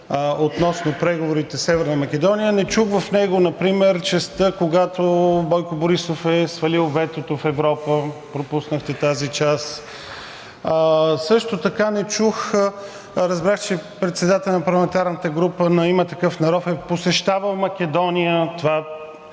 относно преговорите със Северна Македония. Не чух в него например частта, когато Бойко Борисов е свалил ветото в Европа, пропуснахте тази част. Също така не чух, разбрах, че председателят на парламентарната група на „Има такъв народ“ е посещавал Македония, това